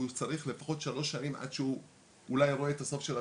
הוא צריך לפחות שלוש שנים עד שהוא אולי רואה את הסוף של התיק,